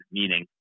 meaning